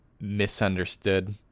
misunderstood